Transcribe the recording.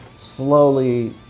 Slowly